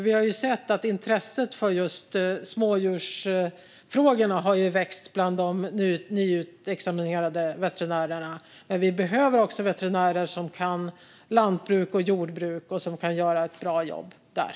Vi har sett att intresset för smådjur har vuxit bland de nyutexaminerade veterinärerna, men vi behöver också veterinärer som kan lantbruk och jordbruk och kan göra ett bra jobb där.